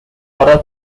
horror